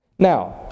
Now